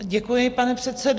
Děkuji, pane předsedo.